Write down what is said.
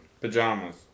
Pajamas